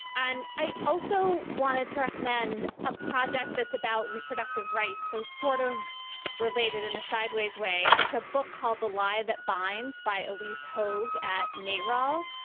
and i also wanted to recommend a project that's about reproductive rights. so sort of related in a sideways way. it's a book called the lie that binds by elise hoague at naral.